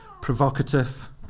provocative